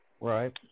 Right